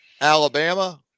Alabama